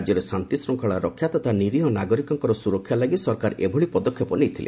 ରାଜ୍ୟରେ ଶାନ୍ତିଶୃଙ୍ଖଳା ରକ୍ଷା ତଥା ନିରୀହ ନାଗରିକଙ୍କର ସୁରକ୍ଷା ଲାଗି ସରକାର ଏଭଳି ପଦକ୍ଷେପ ନେଇଥିଲେ